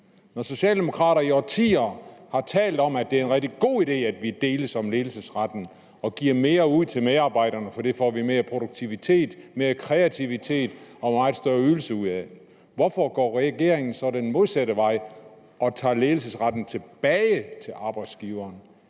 når socialdemokrater i årtier har talt om, at det er en rigtig god idé, at vi deles om ledelsesretten og giver mere ud til medarbejderne, fordi vi får mere produktivitet, mere kreativitet og en meget større ydelse ud af det, hvorfor går regeringen så den modsatte vej og tager ledelsesretten tilbage til arbejdsgiverne?